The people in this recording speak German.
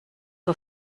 uhr